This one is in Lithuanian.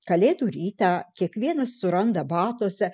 kalėdų rytą kiekvienas suranda batuose